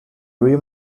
rim